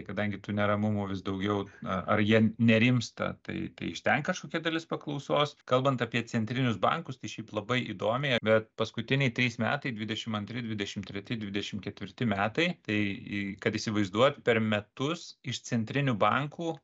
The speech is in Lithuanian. kadangi tų neramumų vis daugiau na ar jie nerimsta tai tai iš ten kažkokia dalis paklausos kalbant apie centrinius bankus tai šiaip labai įdomiai bet paskutiniai trys metai dvidešimt antri dvidešimt treti dvidešimt ketvirti metai tai kad įsivaizduot per metus iš centrinių bankų